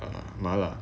err mala